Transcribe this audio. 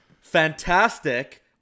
Fantastic